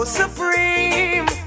supreme